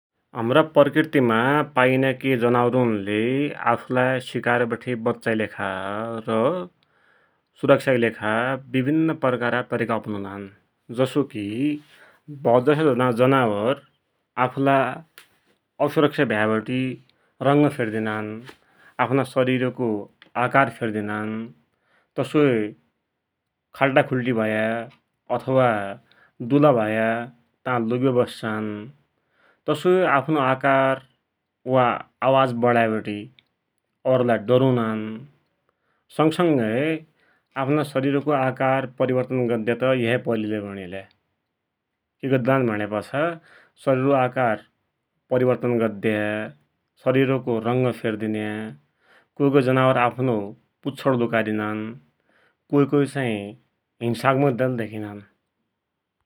हमरा प्रकृतिमाइ पाइन्या केइ जनावरुन्ले आफ्लाई सिकार बठे बच्चाकी लेखा र सुरक्षाकी लेखा विभिन्न प्रकारका तरिका आपनुनान, जसोकी भौतजसा जनावर आफ्लाई असुरक्षा भ्याबटि रन्ङ्गु फेद्दान, आफ्ना शरीरको आकार फेरिदिनान, तसोई खल्डाखुल्डि भया, अथवा दुला भया ता लुगिबटे बस्सान तसोई आफ्नो आकार वा आवाज बडाइबटे औरलाई डरुनान, सङगसङ्गै आफ्ना शरीरको आकार परिवर्तन गद्द्यात एइहै पैलिलै भुणिहल्या, कि गद्दान भुण्यापछा शरीरको आकार परिवर्तन गद्या, शरीरको रङ्ग फेरिदिन्या, कोइकोइ जनवार आफ़्नो पुछौड लुकाइदिनान, कोइ कोइ चाहिँ हिंसात्मक धेकिनान ।